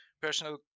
personal